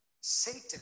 Satan